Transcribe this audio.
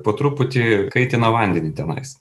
po truputį kaitina vandenį tenais